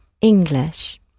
English